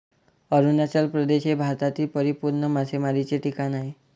अरुणाचल प्रदेश हे भारतातील परिपूर्ण मासेमारीचे ठिकाण आहे